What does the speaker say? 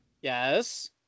Yes